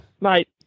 mate